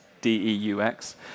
D-E-U-X